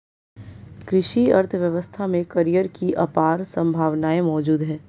कृषि अर्थशास्त्र में करियर की अपार संभावनाएं मौजूद है